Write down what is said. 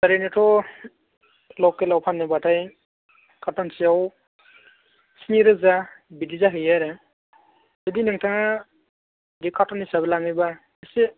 ओरैनोथ' लकेलाव फान्नोबाथाय कार्टनसेयाव स्नि रोजा बिदि जाहैयो आरो जुदि नोंथाङा बे कार्टन हिसाबै लाङोबा एसे